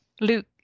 Luke